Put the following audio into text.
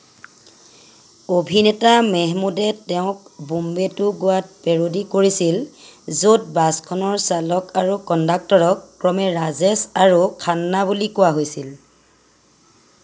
অভিনেতা মেহমুদে তেওঁক বোম্বে টু গোৱাত পেৰ'ডি কৰিছিল য'ত বাছখনৰ চালক আৰু কণ্ডাক্টৰক ক্ৰমে 'ৰাজেশ' আৰু 'খান্না' বুলি কোৱা হৈছিল